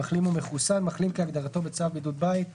"מחלים או מחוסן" מחלים כהגדרתו בצו בידוד בית;